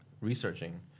researching